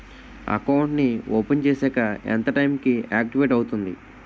Account నీ open చేశాక ఎంత టైం కి ఆక్టివేట్ అవుతుంది?